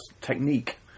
technique